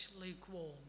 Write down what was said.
lukewarm